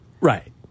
Right